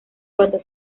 cuando